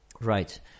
Right